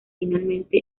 finalmente